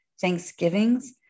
Thanksgivings